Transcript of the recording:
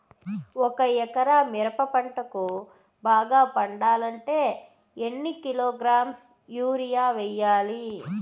ఒక ఎకరా మిరప పంటకు బాగా పండాలంటే ఎన్ని కిలోగ్రామ్స్ యూరియ వెయ్యాలి?